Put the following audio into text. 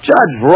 Judge